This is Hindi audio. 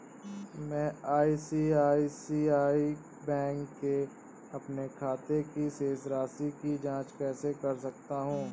मैं आई.सी.आई.सी.आई बैंक के अपने खाते की शेष राशि की जाँच कैसे कर सकता हूँ?